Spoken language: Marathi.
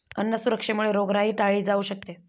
अन्न सुरक्षेमुळे रोगराई टाळली जाऊ शकते